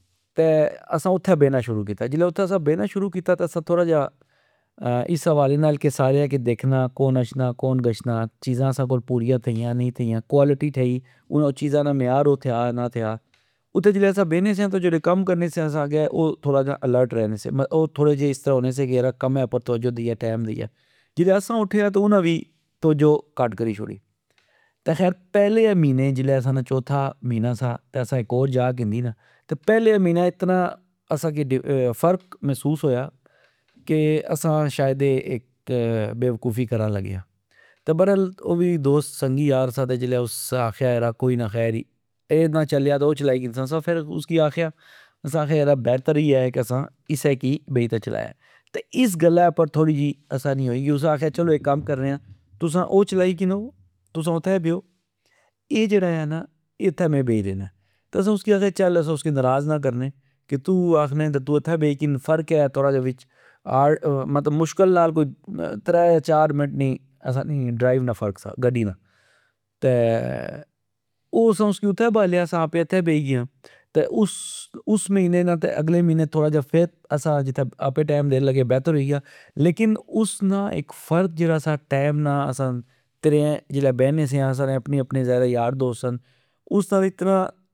تہ اسا اتھہ بینا شروع کیتا۔ جلہ اتھہ اسا بینا شروع کیتا اسا تھوڑا جا ،اس خوالے نال کہ ساریا کی دیکھنا کون اچھنا کون گچھنا ،چیزا اسا کول پوریا تھئیا نی تھیا ،کولٹی تھئی انا چیزا نا معیار او تھیا نا تھیا اتھہ جلہ اسا بینے سیا ،جیڑے کم کرنے سے اگہ او تھوڑا جا الرٹ رینے سے ۔او تھوڑے جے اسلہ ہونے سے کہ کمہ اپر توجہ دئیہ ٹیم دئیہ۔ جسلہ اسا اٹھے آ انا وی توجہ کت کری شوڑی خیر پہلے مہینے جلہ اسا نا چوتھا مہینا سا تہ اسا اک ہور جا کندی نا ،تہ پہلے مہینے اسا کی اتنا فرق مہسوس ہویا ۔کہ اسا شائد اے اک بیوقوفی کرن لگے آ ۔تہ برل او وی دوست سنگین یار سا تہ جلہ اس آکھیا اے نا چلیا تہ اسا او چلائی کنسا اسا فر اسکی آکھیا یرا بیتر اییہ آ کہ اسا اسہ کی بئی تہ چلائے ۔تہ اس گلہ اپر اسا نی ہوئی گی اس آکھیا تسا او چلائی کنو ،تسا اتھہ بیو اے جیڑا آ نا اتھے میں بئی رینا ۔تہ اسا کی آکھیا چل اسا ناراض نا کرنے ۔فرق اے آ کہ مشکل نال اسا نی ترہ یا چار منت نی ڈرائیو نا فرق سا گڈی نا ،تہ او اسا اسی اتھہ بالیا اسا آپی اتھہ بئی گئے آ ٍتہ اس مہینا نا اگلے مہینے فر اسا جتھہ آپے ٹئم دین لگے بیتر ہوئی گیا ۔لیکن اسنا اج فرد جیڑا سا ٹئم نا ترہ جلہ بینے سیا اسا نے اپنے اپنے ذائر آ یار دوست سن اس نال اتنا